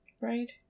Right